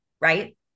right